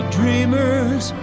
dreamers